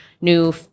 new